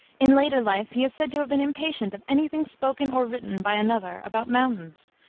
in later life he is said to have been impatient of any thing spoken or written by another about mountains,